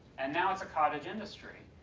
and now it's a cottage industry.